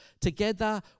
together